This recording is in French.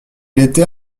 était